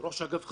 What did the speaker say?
ראש אגף חקירות,